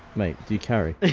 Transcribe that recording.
mate, do you carry?